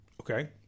Okay